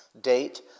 date